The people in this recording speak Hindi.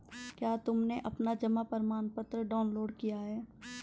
क्या तुमने अपना जमा प्रमाणपत्र डाउनलोड किया है?